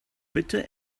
bitter